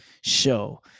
show